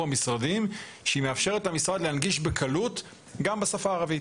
המשרדים שמאפשרת למשרד להנגיש בקלות גם בשפה הערבית.